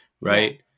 right